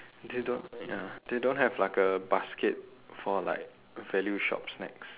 they don't ya they don't have like a basket for like value shop snacks